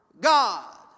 God